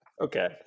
Okay